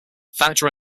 factor